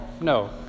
No